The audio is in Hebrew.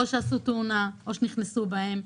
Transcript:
או שעשו תאונה או שנכנסו בהם.